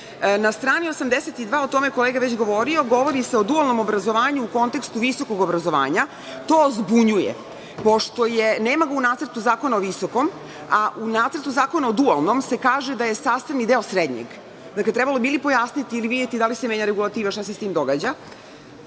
strani 82, o tome je kolega već govorio, govori se o dualnom obrazovanju u kontekstu visokog obrazovanja. To zbunjuje. Nema ga u Nacrtu zakona o visokom, a u Nacrtu zakona o dualnom se kaže da je sastavni deo srednjeg. Trebalo bi ili pojasniti, ili videti da li se menja regulativa. Šta se s tim događa? Na